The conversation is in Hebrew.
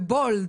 בבולד